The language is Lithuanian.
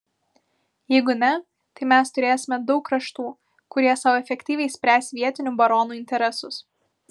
jeigu ne tai mes turėsime daug kraštų kurie sau efektyviai spręs vietinių baronų interesus